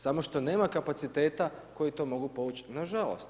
Samo što nema kapaciteta koji to mogu povući nažalost.